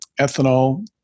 ethanol